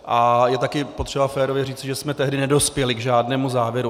A je taky potřeba férově říci, že jsme tehdy nedospěli k žádnému závěru.